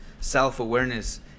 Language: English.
self-awareness